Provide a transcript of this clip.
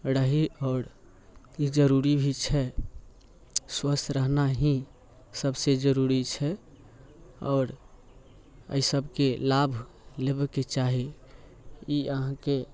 रही आओर ई जरूरी भी छै स्वस्थ रहना ही सभसँ जरूरी छै आओर एहिसभके लाभ लेबयके चाही ई अहाँके